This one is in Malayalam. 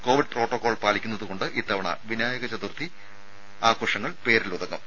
കോവിഡ് പ്രോട്ടോകോൾ പാലിക്കുന്നതുകൊണ്ട് ഇത്തവണ വിനായക ചതുർത്ഥി ആഘോഷങ്ങളും പേരിലൊതുങ്ങും